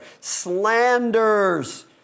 Slanders